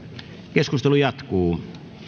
keskustelu jatkuu